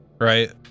right